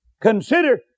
Consider